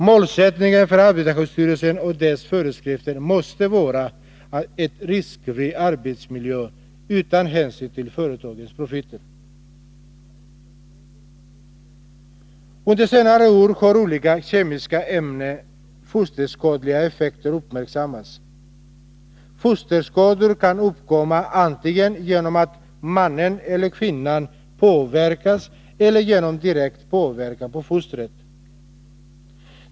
Målsättningen för arbetarskyddsstyrelsen och dess föreskrifter måste vara en riskfri arbetsmiljö utan hänsyn till företagens profiter. Under senare år har olika kemiska ämnens fosterskadliga effekter uppmärksammats. Fosterskador kan uppkomma antingen genom att mannen eller kvinnan påverkas eller genom direkt påverkan på fostret.